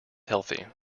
healthy